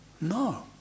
No